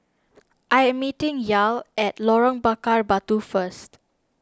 I am meeting Yael at Lorong Bakar Batu first